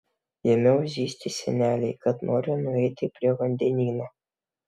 ėmiau zyzti senelei kad noriu nueiti prie vandenyno